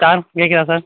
sir கேட்குதா sir